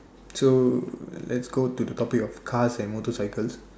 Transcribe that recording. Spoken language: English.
true let's go to the topic of cars and motorcycle